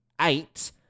eight